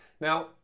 now